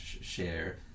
share